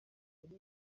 yari